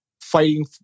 fighting